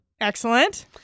excellent